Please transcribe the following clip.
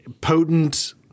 potent